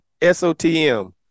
SOTM